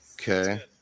okay